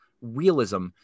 realism